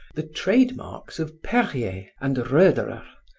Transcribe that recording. the trade marks of perrier and roederer,